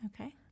Okay